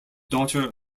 daughter